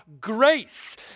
grace